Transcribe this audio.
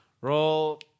Roll